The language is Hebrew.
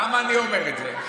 למה אני אומר את זה?